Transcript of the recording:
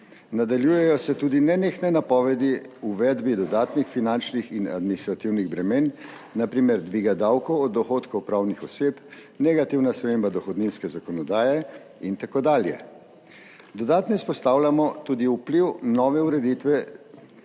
Nadaljujejo se tudi nenehne napovedi o uvedbi dodatnih finančnih in administrativnih bremen, na primer dviga davkov od dohodkov pravnih oseb, negativna sprememba dohodninske zakonodaje in tako dalje. Dodatno izpostavljamo tudi vpliv nove ureditve